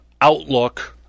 outlook